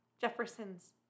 Jefferson's